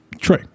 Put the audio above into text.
Trey